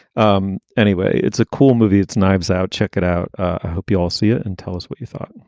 um anyway, it's a cool movie. it's knives out. check it out. i hope you all see it and tell us what you thought.